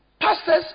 Pastors